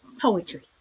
poetry